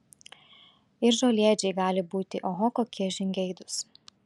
ir žolėdžiai gali būti oho kokie žingeidūs